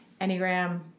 enneagram